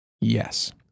Yes